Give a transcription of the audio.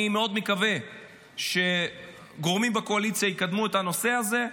אני מאוד מקווה שגורמים בקואליציה יקדמו את הנושא הזה.